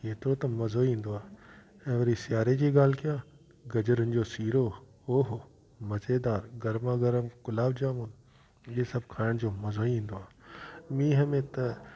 केतिरो त मज़ो ईंदो आहे ऐं वरी सिआरे जी ॻाल्हि कियां गजरुनि जो सीरो ओहो मज़ेदारु गरमा गर्मु गुलाब जामुन इहे सभु खाइण जो मज़ो ई ईंदो आहे मींहं में त